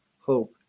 hope